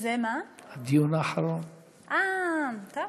אה, טוב.